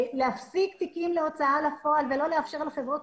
להפסיק תיקים להוצאה לפועל ולא לאפשר לחברות